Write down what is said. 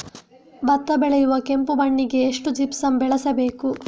ಭತ್ತ ಬೆಳೆಯುವ ಕೆಂಪು ಮಣ್ಣಿಗೆ ಎಷ್ಟು ಜಿಪ್ಸಮ್ ಬಳಸಬೇಕು?